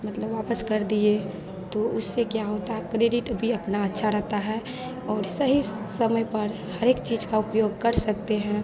मतलब वापस कर दिए तो उससे क्या होता है क्रेडिट भी अपना अच्छा रहता है और सही समय पर हर एक चीज़ का उपयोग कर सकते हैं